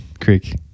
Creek